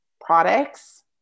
products